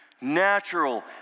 natural